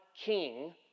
king